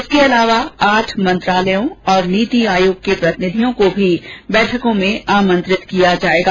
इसके अलावा आठ मंत्रालयों और नीति आयोग के प्रतिनिधियों को भी बैठकों में आमंत्रित किया जाएगा